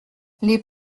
les